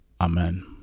Amen